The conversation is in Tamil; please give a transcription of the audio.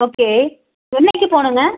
ஓகே என்றைக்கி போகணுங்க